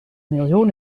miljoen